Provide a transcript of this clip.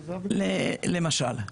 למשל.